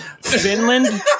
Finland